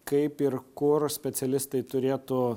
kaip ir kur specialistai turėtų